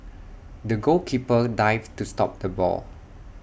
the goalkeeper dived to stop the ball